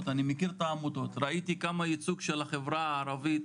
אני מכיר את העמותות ראיתי כמה הייצוג של החברה הערבית,